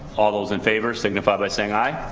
all those in favor signify by saying i.